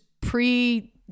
pre